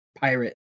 pirate